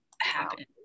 happen